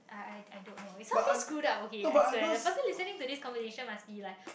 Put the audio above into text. I I I don't know it sounds very screwed up okay I swear the person listening to this conversation must be like